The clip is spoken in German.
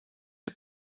der